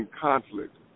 Conflict